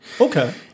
Okay